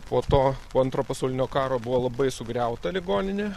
po to po antro pasaulinio karo buvo labai sugriauta ligoninė